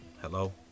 Hello